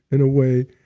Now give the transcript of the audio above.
in a way,